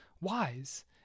wise